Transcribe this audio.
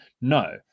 No